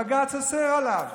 הבג"ץ אוסר עליו.